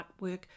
artwork